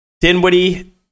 Dinwiddie